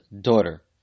daughter